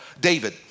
David